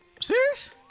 serious